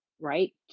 right